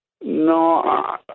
No